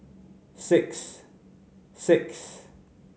six six